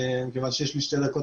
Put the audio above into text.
כיוון שיש לי שתי דקות,